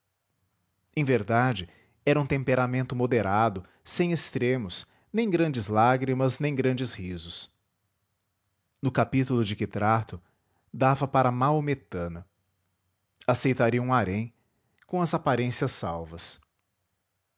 em verdade era um temperamento moderado sem extremos nem grandes lágrimas nem grandes risos no capítulo de que trato dava para maometana aceitaria um harém com as aparências salvas